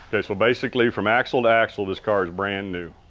so so basically from axle to axle this car is brand new.